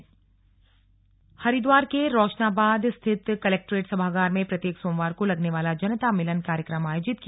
slug जनता मिलन हरिद्वार के रोशनाबाद स्थित कलैक्ट्रेट सभागार में प्रत्येक सोमवार को लगने वाला जनता मिलन कार्यक्रम आयोजित किया